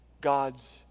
God's